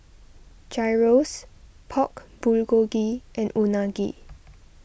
Gyros Pork Bulgogi and Unagi